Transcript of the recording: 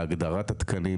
להגדרת התקנים.